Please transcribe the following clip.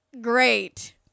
great